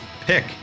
pick